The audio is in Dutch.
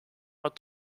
maar